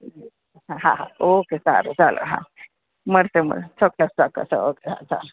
હા ઓકે સારું ચાલો હાં મળશે મળ ચોક્કસ ચોક્કસ ઓકે હાં હાં